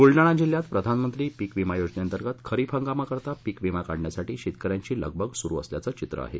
ब्लडाणा जिल्ह्यात प्रधानमंत्री पीक विमा योजनेअंतर्गत खरीप हगामाकरता पिक विमा काढण्यासाठी शेतकऱ्यांची लगबग सुरू असल्याचं चित्र आहे